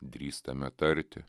drįstame tarti